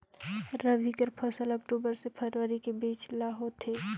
रबी कर मौसम अक्टूबर से फरवरी के बीच ल होथे